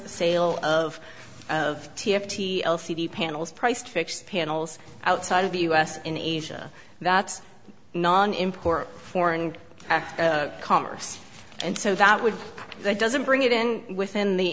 the sale of of t f t l c d panels priced fixed panels outside of us in asia that's non import foreign commerce and so that would that doesn't bring it in within the